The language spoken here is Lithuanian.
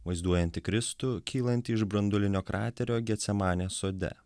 vaizduojanti kristų kylantį iš branduolinio kraterio getsemanės sode